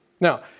Now